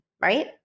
right